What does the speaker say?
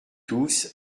tous